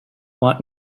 want